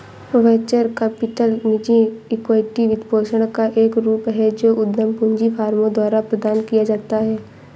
venture capital निजी equity वित्तपोषण का एक रूप है जो उद्यम पूंजी फर्मों द्वारा प्रदान किया जाता है